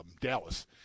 dallas